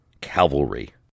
cavalry